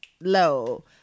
low